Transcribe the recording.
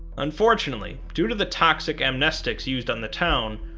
unfortunately, due to the toxic amnestics used on the town,